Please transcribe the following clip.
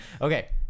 Okay